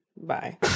Bye